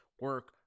Work